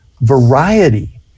variety